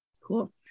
Cool